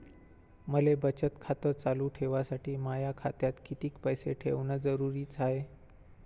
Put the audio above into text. मले बचत खातं चालू ठेवासाठी माया खात्यात कितीक पैसे ठेवण जरुरीच हाय?